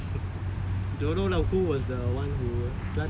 so ya quite scary in the sense